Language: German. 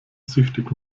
süchtig